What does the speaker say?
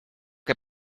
que